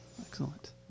Excellent